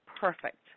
perfect